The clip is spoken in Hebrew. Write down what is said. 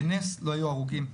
בנס לא היו הרוגים.